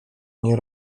nie